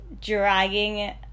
dragging